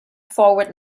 forward